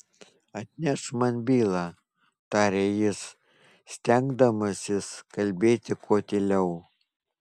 atnešk man bylą tarė jis stengdamasis kalbėti kuo tyliau